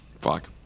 Fuck